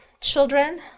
children